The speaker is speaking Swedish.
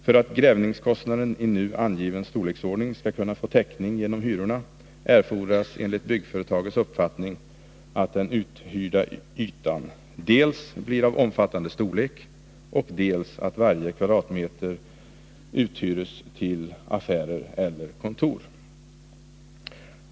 För att utgrävningskostnader i nu angiven storlek skall kunna få täckning genom hyrorna erfordras enligt byggföretagets uppfattning dels att den uthyrda ytan blir av omfattande storlek, dels att varje kvadratmeter uthyres till affärer eller kontor.